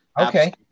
Okay